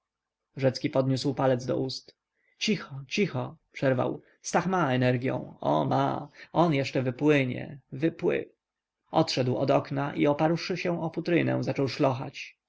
rzecki podniósł palec do ust cicho cicho przerwał stach ma energię o ma on jeszcze wypłynie wypły odszedł do okna i oparłszy się o futrynę zaczął szlochać